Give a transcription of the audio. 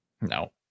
No